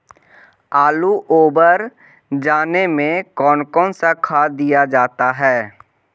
आलू ओवर जाने में कौन कौन सा खाद दिया जाता है?